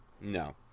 No